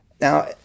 Now